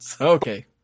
Okay